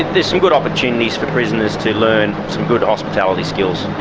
there's some good opportunities for prisoners to learn some good hospitality skills.